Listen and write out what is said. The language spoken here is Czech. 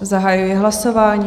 Zahajuji hlasování.